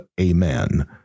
Amen